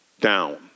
down